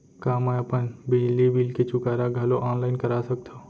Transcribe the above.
का मैं अपन बिजली बिल के चुकारा घलो ऑनलाइन करा सकथव?